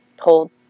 told